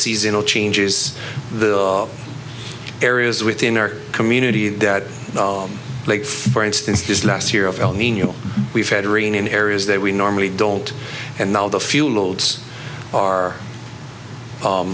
seasonal changes the areas within our community that like for instance just last year of el nino we've had rain in areas that we normally don't and now the fuel loads are